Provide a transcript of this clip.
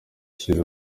ishize